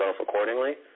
accordingly